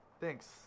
Thanks